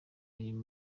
ariko